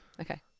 Okay